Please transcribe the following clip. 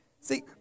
See